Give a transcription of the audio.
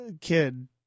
kid